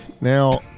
Now